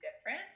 different